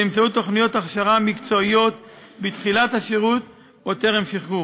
באמצעות תוכניות הכשרה מקצועיות בתחילת השירות או טרם שחרור.